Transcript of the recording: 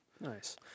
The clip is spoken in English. nice